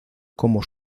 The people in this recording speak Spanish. como